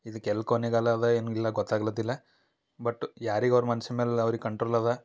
ಇದಕ್ಕೆಲ್ಲಿ ಕೊನೆಗಾಲ ಅದಾ ಏನು ಇಲ್ಲ ಗೊತ್ತಾಗ್ಲತ್ತಿಲ್ಲ ಬಟ್ ಯಾರಿಗೆ ಅವ್ರ ಮನ್ಸಿನ ಮೇಲೆ ಅವ್ರಿಗ ಕಂಟ್ರೋಲ್ ಅದ